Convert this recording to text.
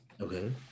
okay